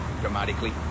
dramatically